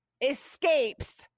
escapes